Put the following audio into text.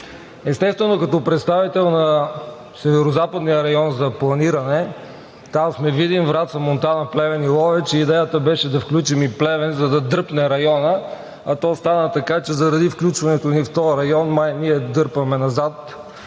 Естествено, като представител на Северозападния район за планиране – там сме Видин, Враца, Монтана, Плевен и Ловеч, идеята беше да включим и Плевен, за да дръпне районът, а то стана така, че заради включването ни в този район май ние дърпаме назад?